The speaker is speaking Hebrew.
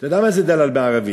אתה יודע מה זה "דלאל" בערבית,